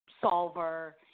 solver